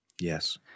Yes